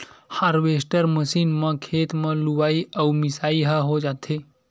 harvester machine म खेते म लुवई अउ मिजई ह हो जाथे